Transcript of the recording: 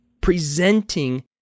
presenting